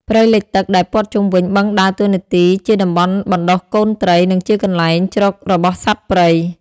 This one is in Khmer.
ព្រៃលិចទឹកដែលព័ទ្ធជុំវិញបឹងដើរតួនាទីជាតំបន់បណ្តុះកូនត្រី និងជាកន្លែងជ្រករបស់សត្វព្រៃ។